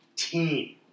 team